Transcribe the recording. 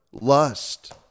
Lust